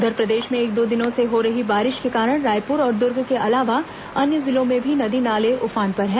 उधर प्रदेश में एक दो दिनों से हो रही बारिश के कारण रायपुर और दूर्ग के अलावा अन्य जिलों में भी नदी नाले उफान पर हैं